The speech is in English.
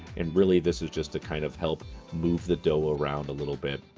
and really, this is just to kind of help move the dough around a little bit.